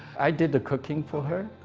i did the cooking for her,